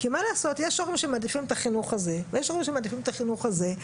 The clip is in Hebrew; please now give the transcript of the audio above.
כי יש הורים שמעדיפים את החינוך הזה ויש הורים שמעדיפים את החינוך הזה.